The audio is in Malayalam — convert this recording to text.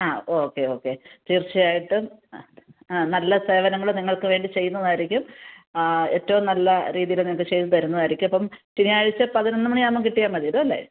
ആ ഓക്കെ ഓക്കെ തീർച്ചയായിട്ടും ആ നല്ല സേവനങ്ങൾ നിങ്ങൾക്ക് വേണ്ടി ചെയ്യുന്നതായിരിക്കും ആ ഏറ്റവും നല്ല രീതിയിൽ നിങ്ങൾക്ക് ചെയ്തുതരുന്നതായിരിക്കും അപ്പം ശനിയാഴ്ച പതിനൊന്ന് മണിയാവുമ്പം കിട്ടിയാൽ മതിയല്ലോ അല്ലേ